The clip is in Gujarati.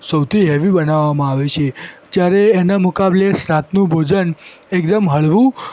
સૌથી હૅવી બનાવવામાં આવે છે જયારે એના મુકાબલે સ રાતનું ભોજન એકદમ હળવું